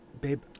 babe